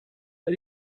but